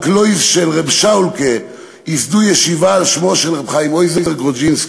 בקלויז של ר' שאול'קע ייסדו ישיבה על שמו של רב חיים עוזר גרודזנסקי